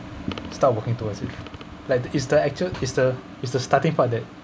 start working towards it like is the actual is the is the starting part that